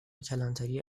کلانتری